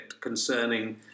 concerning